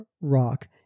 rock